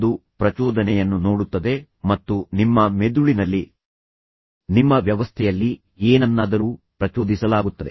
ಅದು ಪ್ರಚೋದನೆಯನ್ನು ನೋಡುತ್ತದೆ ಮತ್ತು ನಂತರ ನಿಮ್ಮ ಮೆದುಳಿನಲ್ಲಿ ನಿಮ್ಮ ವ್ಯವಸ್ಥೆಯಲ್ಲಿ ಏನನ್ನಾದರೂ ಪ್ರಚೋದಿಸಲಾಗುತ್ತದೆ